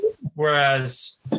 Whereas